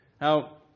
Now